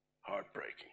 heartbreaking